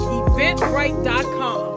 eventbrite.com